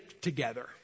together